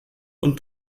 und